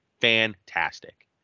fantastic